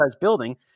building